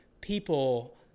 people